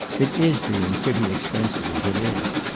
it is being pretty expensive as it is.